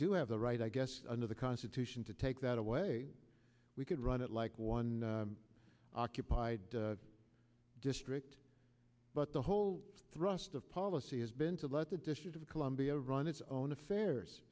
do have the right i guess under the constitution to take that away we could run it like one occupied district but the whole thrust of policy has been let the dishes of columbia run its own affairs